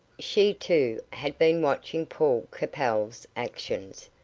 she, too, had been watching paul capel's actions,